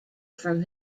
from